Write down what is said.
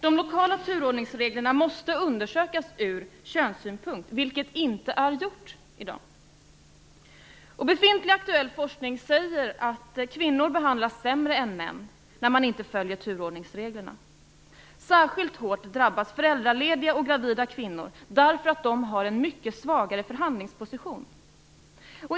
De lokala turordningsreglerna måste undersökas ur könssynpunkt, vilket inte är gjort i dag. Befintlig aktuell forskning säger att kvinnor behandlas sämre än män när man inte följer turordningsreglerna. Särskilt hårt drabbas föräldralediga och gravida kvinnor, därför att de har en mycket svagare förhandlingsposition.